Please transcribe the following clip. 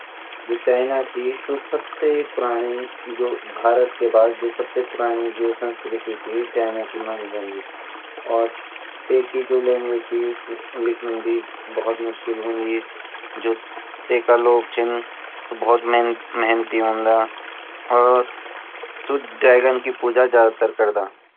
जु चाइना जु ची ऊ सबसे पुराणी भारत के बाद जु सबसे पुराणी संस्कृति जु ची चाइना की मानी जांदी और तेगि जु लैंग्वेज ची उ लिखंड मा भी भोत मुश्किल वोन्दि अर जू तेका लोग चीन ऊ भोत मेहनती वोन्दा और सु ड्रैगन की पूजा ज़्यादा तर करदा।